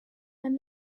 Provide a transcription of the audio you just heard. and